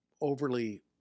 overly